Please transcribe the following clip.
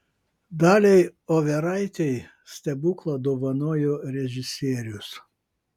daliai overaitei stebuklą dovanojo režisierius